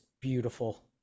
beautiful